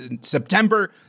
September